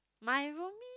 my roomie